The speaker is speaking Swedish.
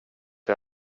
jag